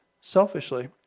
selfishly